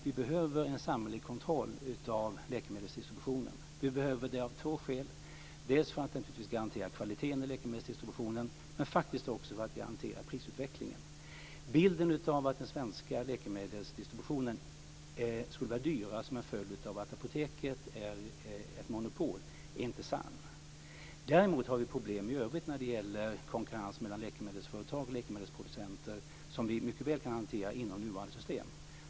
Vi behöver en samhällelig kontroll av läkemedelsdistributionen av två skäl, dels för att garantera kvaliteten i läkemedelsdistributionen, dels för att garantera prisutvecklingen. Bilden av att den svenska läkemedelsdistributionen skulle vara dyrare som en följd av att Apoteket är ett monopol är inte sann. Däremot har vi problem i övrigt när det gäller konkurrens mellan läkemedelsföretag och läkemedelsproducenter som vi mycket väl kan hantera inom nuvarande system.